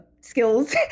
skills